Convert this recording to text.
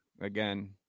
Again